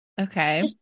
Okay